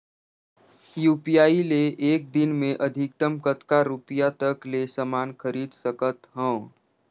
UPI ले एक दिन म अधिकतम कतका रुपिया तक ले समान खरीद सकत हवं?